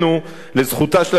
לזכותה של הממשלה,